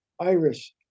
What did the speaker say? Irish